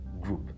group